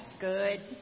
Good